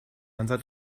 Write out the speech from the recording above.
hansa